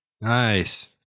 Nice